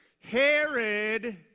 Herod